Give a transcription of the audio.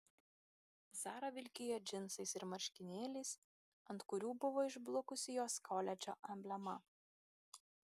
zara vilkėjo džinsais ir marškinėliais ant kurių buvo išblukusi jos koledžo emblema